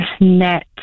net